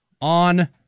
on